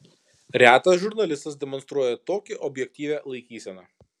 retas žurnalistas demonstruoja tokią objektyvią laikyseną